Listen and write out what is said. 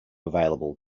available